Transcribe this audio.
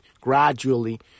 gradually